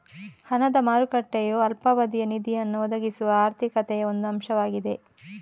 ಹಣದ ಮಾರುಕಟ್ಟೆಯು ಅಲ್ಪಾವಧಿಯ ನಿಧಿಯನ್ನು ಒದಗಿಸುವ ಆರ್ಥಿಕತೆಯ ಒಂದು ಅಂಶವಾಗಿದೆ